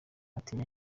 atinya